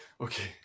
Okay